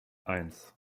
eins